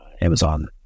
Amazon